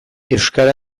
euskara